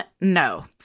no